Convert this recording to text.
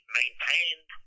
maintained